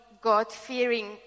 God-fearing